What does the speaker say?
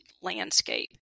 landscape